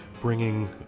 bringing